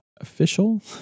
official